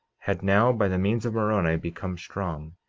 had now, by the means of moroni, become strong,